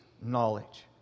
knowledge